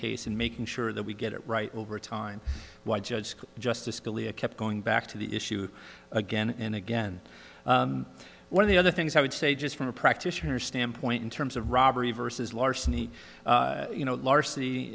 case and making sure that we get it right over time why judge justice scalia kept going back to the issue again and again one of the other things i would say just from a practitioner standpoint in terms of robbery versus larceny you know large city